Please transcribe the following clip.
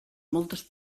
moltes